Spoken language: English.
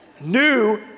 New